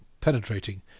penetrating